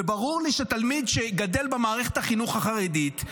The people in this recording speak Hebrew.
וברור לי שתלמיד שגדל במערכת החינוך החרדית,